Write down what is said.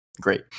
great